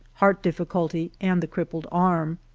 heart diffi a culty, and the crippled arm.